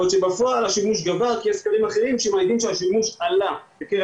בעוד שבפועל השימוש גבר כי יש סקרים האחרים שמעידים שהשימוש עלה בקרב